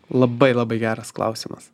labai labai geras klausimas